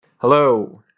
hello